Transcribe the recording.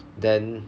then